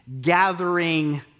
gathering